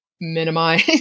minimize